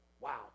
Wow